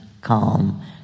calm